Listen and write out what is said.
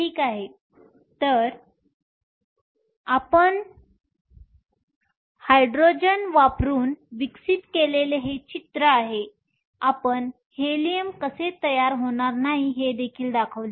ठीक आहे तर आपण हायड्रोजन वापरून विकसित केलेले हे चित्र आहे आपण हेलियम कसे तयार होणार नाही हे देखील दाखवले